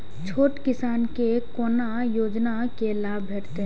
छोट किसान के कोना योजना के लाभ भेटते?